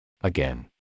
Again